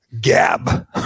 Gab